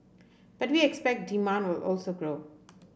but we expect demand will also grow